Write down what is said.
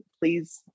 please